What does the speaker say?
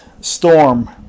storm